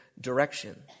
direction